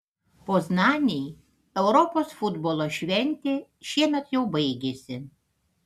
poznanei europos futbolo šventė šiemet jau baigėsi